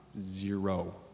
Zero